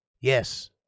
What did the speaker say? Yes